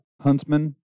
Huntsman